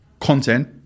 content